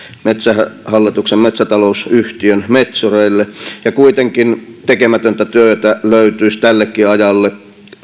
metsähallituksen metsäta lousyhtiön metsureille ja kuitenkin tekemätöntä työtä löytyisi tällekin ajalle